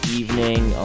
evening